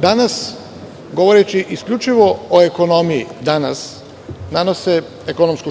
danas govoreći isključivo o ekonomiji danas nanose ekonomsku